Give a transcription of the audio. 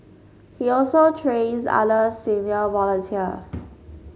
he also trains other senior volunteers